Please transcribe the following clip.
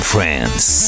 France